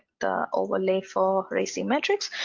the overlay for raci matrix.